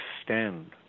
extend